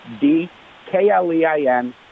D-K-L-E-I-N